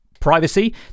privacy